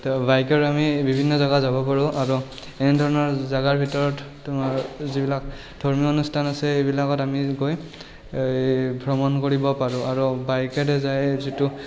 তো বাইকেৰে আমি বিভিন্ন জেগা যাব পাৰোঁ আৰু এনেধৰণৰ জেগাৰ ভিতৰত তোমাৰ যিবিলাক ধৰ্মীয় অনুষ্ঠান আছে সেইবিলাকত আমি গৈ ভ্ৰমণ কৰিব পাৰোঁ আৰু বাইকেৰে যাই যিটো